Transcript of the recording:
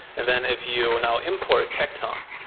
and then if you now import tecton,